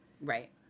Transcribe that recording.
Right